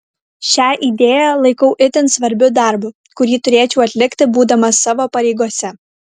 šią idėją laikau itin svarbiu darbu kurį turėčiau atlikti būdamas savo pareigose